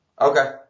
Okay